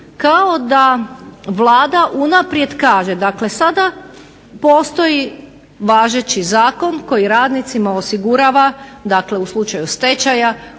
kao da Vlada unaprijed kaže, dakle sada postoji važeći zakon koji radnicima osigurava dakle u slučaju stečaj